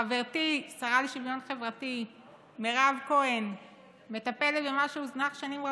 חברתי השרה לשוויון חברתי מירב כהן מטפלת במה שהוזנח שנים רבות,